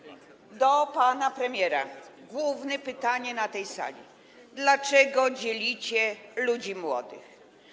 Do pana premiera główne pytanie na tej sali: Dlaczego dzielicie ludzi młodych?